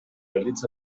realitza